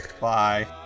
Bye